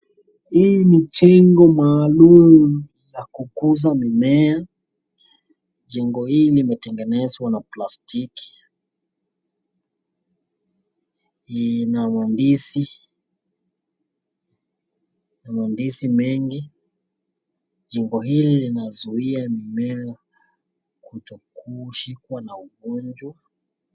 Hii ni jengo maalum ya kukuza mimea jengo hii limetengezwa na plastiki ina mandizi, mandizi mengi, jengo hili linazuia mimea kutoshikwa na ugonjwa.